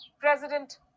President